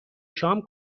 شام